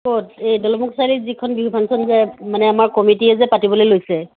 ক'ত এই দলমুখ চাৰিআলিত যিখন বিহু ফাংচন যে আমাৰ কমিটীয়ে যে পাতিবলৈ লৈছে